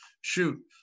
Shoot